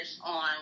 on